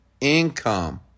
income